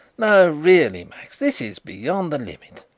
no, really, max, this is beyond the limit!